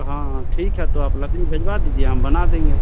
हाँ हाँ ठीक है तो आप लकड़ी भेजवा दीजिए हम बना देंगे